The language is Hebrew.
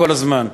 כל הזמן,